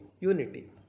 unity